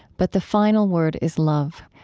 but the final word is love.